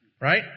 right